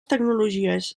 tecnologies